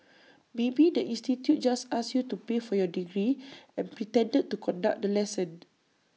maybe the institute just asked you to pay for your degree and pretended to conduct the lesson